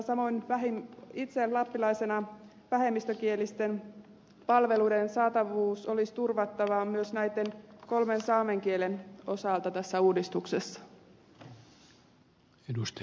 samoin itse lappilaisena ajattelen että vähemmistökielisten palveluiden saatavuus olisi turvattava myös näiden kolmen saamen kielen osalta tässä uudistuksessa